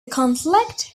conflict